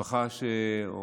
משפחה או